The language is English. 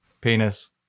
Penis